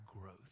growth